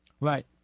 Right